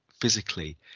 physically